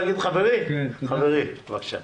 בבקשה.